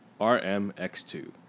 RMX2